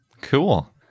Cool